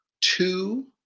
two